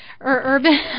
Urban